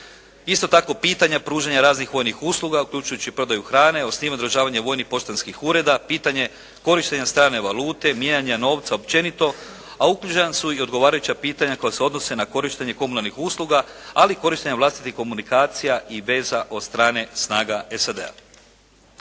Isto tako pitanja pružanja raznih vojnih usluga, uključujući i prodaju hrane … /Govornik se ne razumije./ … vojnih poštanskih ureda, pitanje korištenja strane valute, mijenjanja novca općenito, a uknjižena su i odgovarajuća pitanja koja se odnose na korištenje komunalnih usluga, ali i korištenja vlastitih komunikacija i veza od strane snaga SAD-a.